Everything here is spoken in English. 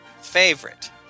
favorite